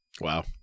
Wow